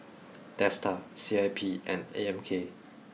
Dsta C I P and A M K